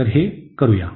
तर हे करूया